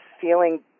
feeling